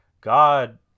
God